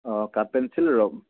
অঁ কাঠ পেঞ্চিল ৰ